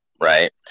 Right